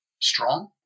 Strong